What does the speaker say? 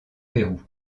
pérou